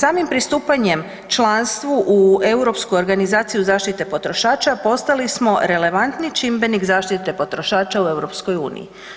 Samim pristupanjem članstvu u Europsku organizaciju zaštite potrošača, postali smo relevantni čimbenik zaštite potrošača u EU,